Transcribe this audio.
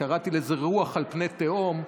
קראתי לזה "רוח על פני תהום",